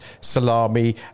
salami